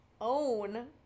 own